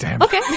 okay